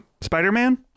Spider-Man